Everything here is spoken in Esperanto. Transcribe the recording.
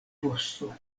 vosto